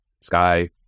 sky